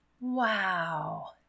Wow